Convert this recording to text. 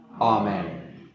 Amen